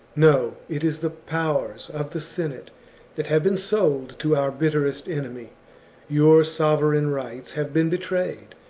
no it is the powers of the senate that have been sold to our bitterest enemy your sovereign rights have been betrayed,